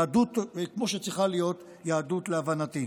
יהדות כמו שצריכה להיות יהדות, להבנתי.